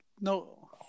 No